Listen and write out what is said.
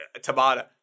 Tabata